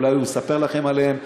אולי הוא יספר לכם עליהם.